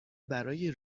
برای